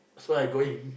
so I going